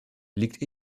liegt